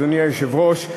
אדוני היושב-ראש,